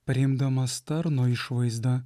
priimdamas tarno išvaizdą